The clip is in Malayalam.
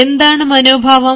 എന്താണ് മനോഭാവം